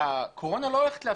הקורונה לא הולכת להפסיק.